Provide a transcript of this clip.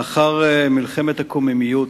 לאחר מלחמת הקוממיות